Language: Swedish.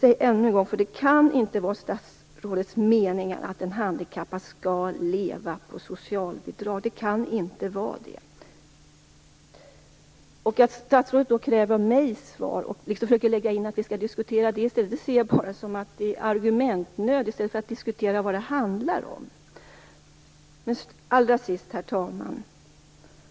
Jag upprepar att det inte kan vara statsrådets mening att en handikappad skall leva på socialbidrag. Att statsrådet kräver svar av mig och försöker styra in på den diskussionen ser jag bara som argumentnöd. I stället gäller det ju att diskutera vad det handlar om. Herr talman!